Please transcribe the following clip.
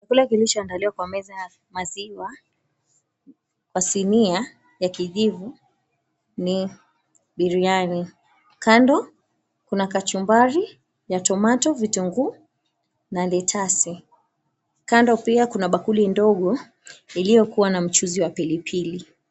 Chakula kilichoandaliwa kwa meza ya maziwa kwa sinia ya kijivu ni biriani. Kando kuna kachumbari ya tomato , vitunguu na letasi. Kando pia kuna bakuli ndogo iliokuwa na mchuzi wa pilipili.